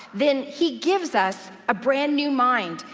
then he gives us a brand new mind,